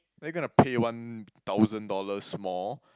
are you gonna pay one thousand dollars more